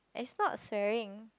it's not swearing